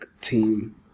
team